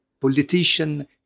politician